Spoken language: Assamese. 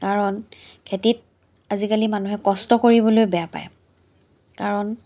কাৰণ খেতিত আজিকালি মানুহে কষ্ট কৰিবলৈ বেয়া পায় কাৰণ